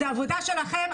זאת העבודה שלכם,